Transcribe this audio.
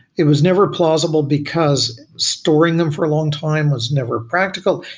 it was never plausible because storing them for a long time was never practical.